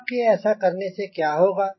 आपके ऐसा करने से क्या होगा